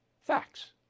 facts